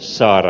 saar